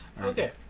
Okay